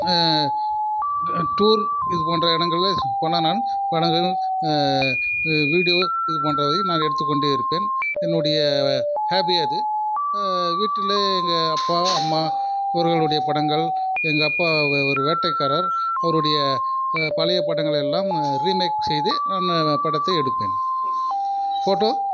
tour இது போன்ற இடங்களில் போனால் நான் படங்கள் வீடியோ இது போன்றவை நான் எடுத்துக் கொண்டே இருப்பேன் என்னுடைய ஹாபி அது வீட்டில் எங்கள் அப்பா அம்மா இவர்களுடைய படங்கள் எங்கள் அப்பா ஒரு வேட்டைக்காரர் அவருடைய பழைய படங்களை எல்லாம் ரீமேக் செய்து நான் படத்தை எடுப்பேன் ஃபோட்டோ